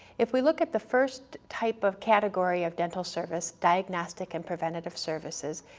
if we look at the first type of category of dental service, diagnostic and preventative services,